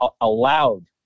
allowed